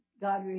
God